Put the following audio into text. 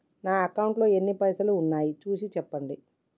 నా అకౌంట్లో ఎన్ని పైసలు ఉన్నాయి చూసి చెప్పండి?